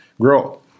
grow